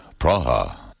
Praha